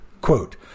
Quote